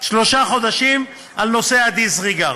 שלושה חודשים על נושא ה-.disregard